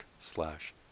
slash